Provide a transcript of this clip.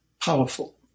powerful